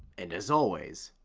and as always,